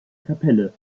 kapelle